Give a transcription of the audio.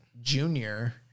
junior